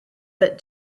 but